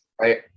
right